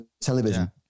television